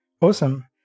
Awesome